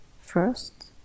first